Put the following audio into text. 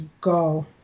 go